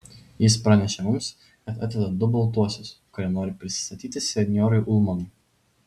jis pranešė mums kad atveda du baltuosius kurie nori prisistatyti senjorui ulmanui